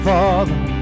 Father